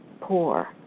poor